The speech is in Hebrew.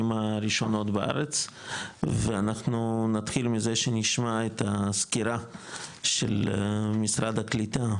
הראשונות בארץ ואנחנו נתחיל מזה שנשמע את הסקירה של משרד הקליטה,